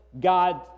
God